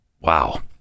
Wow